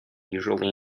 usually